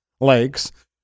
lakes